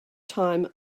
time